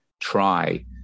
try